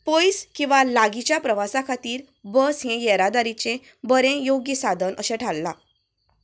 पयस किंवां लागींच्या प्रवासा खातीर बस ही येरादारीचे बरें योग्य सादन अशें थारलां